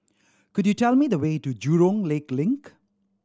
could you tell me the way to Jurong Lake Link